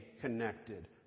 connected